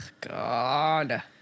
God